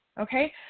Okay